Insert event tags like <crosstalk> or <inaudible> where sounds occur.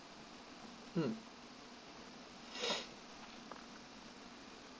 mm <noise>